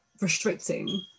restricting